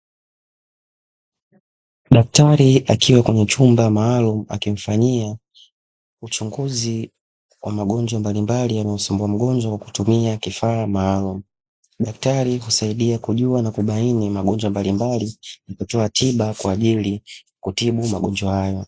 Daktari akiwa kwenye chumba maalumu akimfanyia uchunguzi wa magonjwa mbalimbali yanayomsumbua mgonjwa kwa kutumia kifaa maalumu. Daktari husaidia kujua na kubaini magonjwa mbalimbali, kutoa tiba kwa ajili kutibu magonjwa hayo.